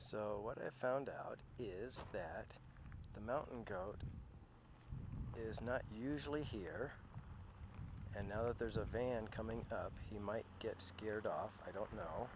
so what i found out is that the mountain crowd is not usually here and now that there's a van coming up he might get scared off i don't know